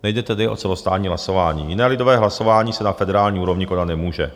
Nejde tedy celostátní hlasování, jiné lidové hlasování se na federální úrovni konat nemůže.